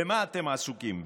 במה אתם עסוקים?